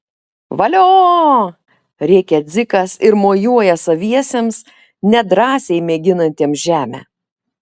valio rėkia dzikas ir mojuoja saviesiems nedrąsiai mėginantiems žemę